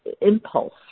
impulse